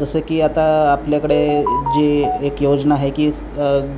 जसं की आता आपल्याकडे जी एक योजना आहे की